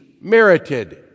merited